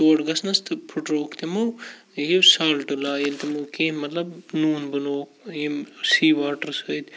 تور گژھنَس تہٕ پھٕٹرووُکھ تِمو یہِ سالٹ لا ییٚلہِ تِمو کیٚنٛہہ مطلب نوٗن بَنووُکھ ییٚمہِ سی واٹر سۭتۍ